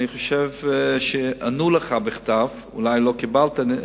אני חושב שענו לך בכתב, אולי לא קיבלת.